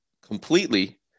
completely